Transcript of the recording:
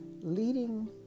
leading